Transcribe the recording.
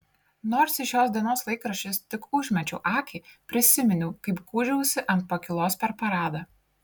nors į šios dienos laikraščius tik užmečiau akį prisiminiau kaip gūžiausi ant pakylos per paradą